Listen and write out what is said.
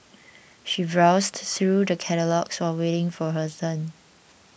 she browsed through the catalogues while waiting for her turn